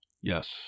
Yes